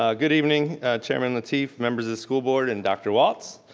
ah good evening chairman lateef, members of the school board and dr. walts.